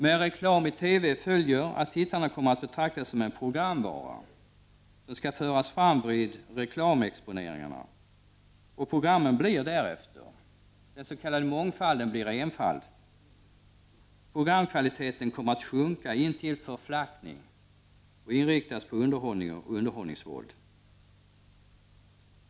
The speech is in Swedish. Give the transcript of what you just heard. Med reklam i TV följer att tittarna kommer att betraktas som en programvara, som skall föras fram vid reklamexponeringarna och programmen blir därefter: den s.k. mångfalden blir enfald. Programkvaliteten kommer att sjunka intill förflackning och inriktas på underhållning och underhållningsvåld.